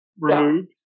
removed